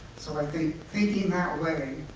so i think thinking that way,